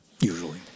usually